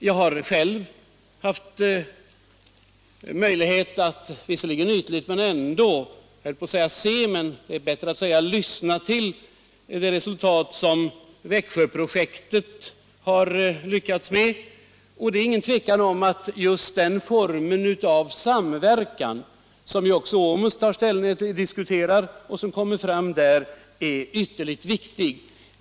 Jag har själv haft möjlighet att — visserligen ytligt med ändå — lyssna till det resultat som man har åstadkommit inom Växjöprojektet. Det råder inget tvivel om att just den form av samverkan som också OMUS diskuterar är ytterligt viktig.